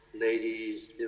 ladies